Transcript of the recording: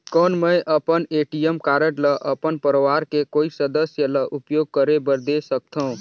कौन मैं अपन ए.टी.एम कारड ल अपन परवार के कोई सदस्य ल उपयोग करे बर दे सकथव?